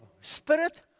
spirit